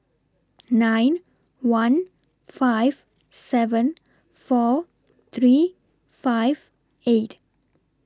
nine one five seven four three five eight